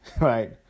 right